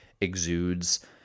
exudes